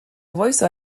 وایستا